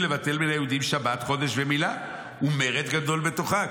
לבטל מן היהודים שבת חודש ומילה --- ומרד גדול בתוכה".